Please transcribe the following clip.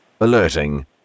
alerting